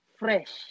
fresh